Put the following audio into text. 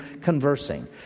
conversing